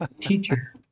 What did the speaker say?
teacher